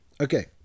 Okay